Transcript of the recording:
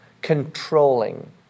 Controlling